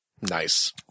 Nice